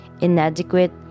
inadequate